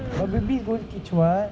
probably going teach [what]